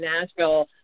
Nashville